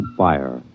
fire